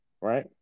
Right